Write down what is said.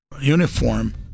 uniform